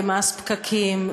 מס פקקים,